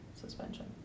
suspension